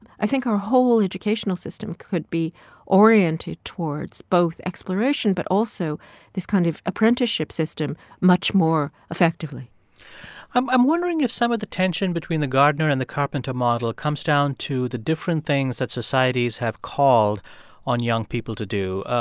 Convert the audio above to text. i think our whole educational system could be oriented towards both exploration but also this kind of apprenticeship system much more effectively i'm i'm wondering if some of the tension between the gardener and the carpenter model comes down to the different things that societies have called on young people to do.